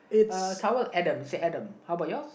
uh towel Adam say Adam how about yours